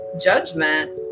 Judgment